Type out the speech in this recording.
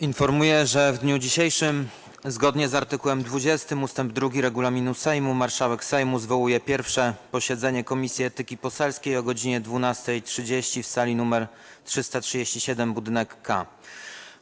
Informuję, że w dniu dzisiejszym, zgodnie z art. 20 ust. 2 regulaminu Sejmu, marszałek Sejmu zwołuje pierwsze posiedzenie Komisji Etyki Poselskiej o godz. 12.30 w sali nr 337 w budynku K.